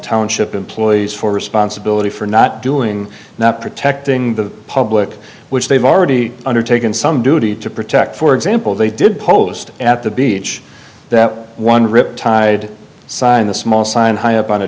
township employees for responsibility for not doing not protecting the public which they've already undertaken some duty to protect for example they did post at the beach that one riptide sign a small sign high up on a